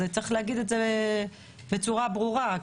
צריך להגיד את זה בצורה ברורה,